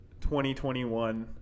2021